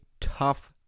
tough